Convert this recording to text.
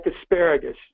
asparagus